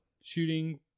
shooting